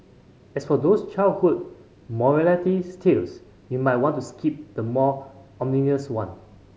as for those childhood morality tales you might want to skip the more ominous ones